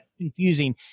confusing